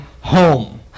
home